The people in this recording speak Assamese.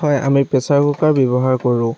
হয় আমি প্ৰেছাৰ কুকাৰ ব্য়ৱহাৰ কৰোঁ